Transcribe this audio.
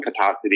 capacity